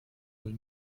wohl